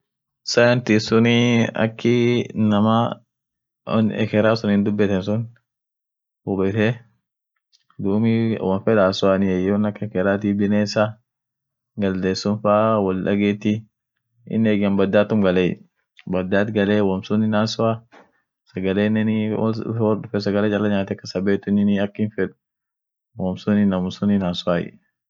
China sagale ishian lila nyaatu sagale sun ak sadetiakan hingeti andukuye yeden cartunis yeden Fijian yeden kunaan yeden jangshuu yeden shadong yeden zesheshuan yeden amine tokineni stagingchang yeden dumi amoo sagale ishiani ta birian jangqueenshens suni huiyoung yeden